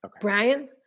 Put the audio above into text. Brian